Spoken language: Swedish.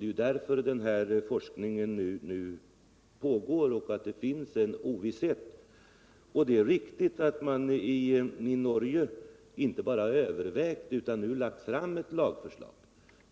Det är därför forskning pågår. Det är riktigt att man i Norge inte bara övervägt utan nu lagt fram ett lagförslag,